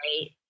right